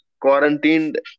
quarantined